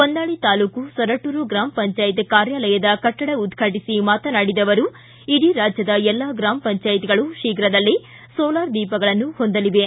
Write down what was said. ಹೊನ್ನಾಳಿ ತಾಲ್ಲೂಕು ಸೊರಟೂರು ಗ್ರಾಮ ಪಂಚಾಯತ್ ಕಾರ್ಯಾಲಯದ ಕಟ್ಟಡ ಉದ್ಘಾಟಿಸಿ ಮಾತನಾಡಿದ ಅವರು ಇಡೀ ರಾಜ್ಯದ ಎಲ್ಲಾ ಗ್ರಾಮ ಪಂಚಾಯತ್ಗಳು ಶೀಘ್ರದಲ್ಲೇ ಸೋಲಾರ್ ದೀಪಗಳನ್ನು ಹೊಂದಲಿವೆ